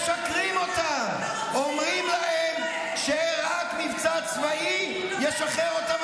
משקרים להם, אומרים להם שרק מבצע צבאי ישחרר אותם.